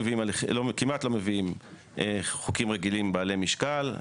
כמעט לא מביאים חוקים רגילים בעלי משקל.